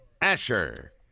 Asher